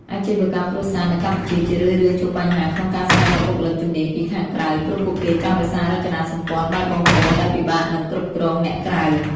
អាជីវកម្មគ្រួសារនៅកម្ពុជាជារឿយៗជួបបញ្ហាក្នុងការស្វែងរកបុគ្គលិកជំនាញពីខាងក្រៅ ព្រោះពួកគេចង់រក្សារចនាសម្ព័ន្ធបែបបងប្អូនដែលពិបាកនឹងគ្រប់គ្រងអ្នកក្រៅ។